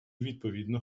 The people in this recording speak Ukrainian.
відповідно